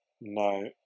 No